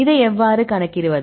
இதை எவ்வாறு கணக்கிடுவது